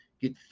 Get